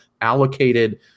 allocated